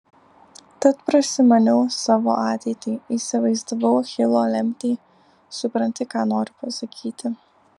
tad prasimaniau savo ateitį įsivaizdavau achilo lemtį supranti ką noriu pasakyti